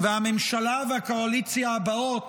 הממשלה והקואליציה הבאות